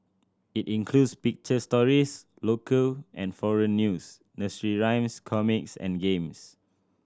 it includes picture stories local and foreign news nursery rhymes comics and games